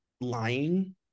lying